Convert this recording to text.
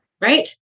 Right